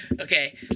Okay